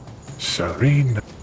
Serena